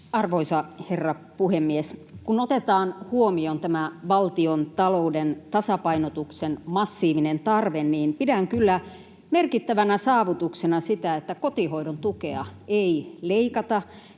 Arvoisa herra puhemies! Kun otetaan huomioon tämä valtiontalouden tasapainotuksen massiivinen tarve, niin pidän kyllä merkittävänä saavutuksena sitä, että kotihoidon tukea ei leikata,